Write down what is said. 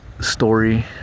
Story